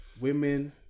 Women